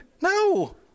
No